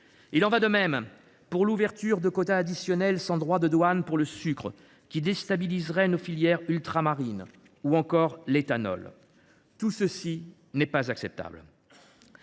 Il en va de même pour l’ouverture de quotas additionnels sans droits de douane pour le sucre, qui déstabiliseraient nos filières ultramarines, ou encore l’éthanol. Tout cela n’est pas acceptable